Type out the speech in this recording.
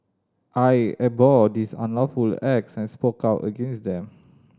I abhorred these unlawful acts and spoke out against them